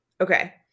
okay